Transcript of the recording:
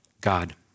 God